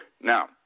Now